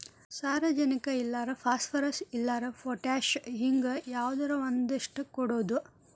ಸಾರಜನಕ ಇಲ್ಲಾರ ಪಾಸ್ಪರಸ್, ಇಲ್ಲಾರ ಪೊಟ್ಯಾಶ ಹಿಂಗ ಯಾವದರ ಒಂದಷ್ಟ ಕೊಡುದು